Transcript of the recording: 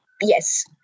yes